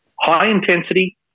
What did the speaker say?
high-intensity